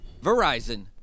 Verizon